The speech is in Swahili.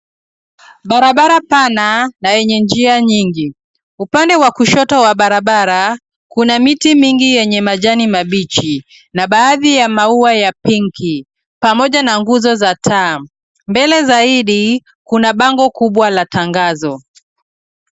Barabara pana na yenye njia nyingi. Upande wa kushoto wa barabara, kuna miti mingi yenye majani mabichi, na baadhi ya maua ya pinki pamoja na nguzo za taa. Mbele zaidi, kuna bango kubwa la tangazo.